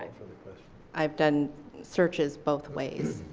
i've done searches both ways.